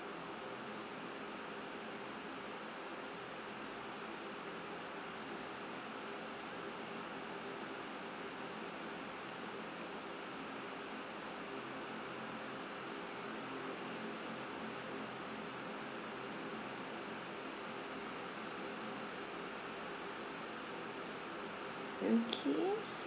okay